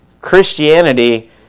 Christianity